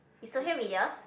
is social media